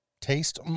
taste